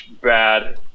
bad